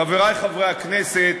חברי חברי הכנסת,